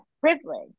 privilege